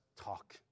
talk